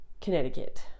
Connecticut